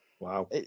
wow